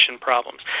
problems